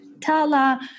Tala